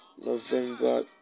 November